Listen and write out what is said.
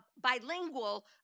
bilingual